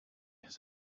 said